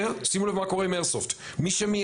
שימו לב מה קורה עם איירסופט: "המייצר,